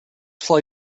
fly